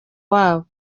wabo